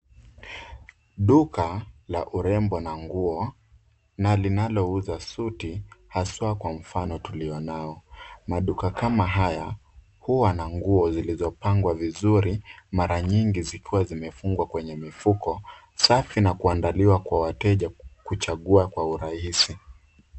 Duka la urembo na nguo na linalo uza suti, hasa kwa mfano tulionao. Maduka kama haya, huwa na nguo zilizopangwa vizuri, mara nyingi zikiwa zimefungwa kwenye mifuko safi na kuandaliwa kwa wateja kuchagua kwa urahisi.